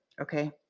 Okay